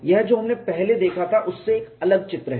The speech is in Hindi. यह जो हमने पहले देखा था उससे एक अलग चित्र है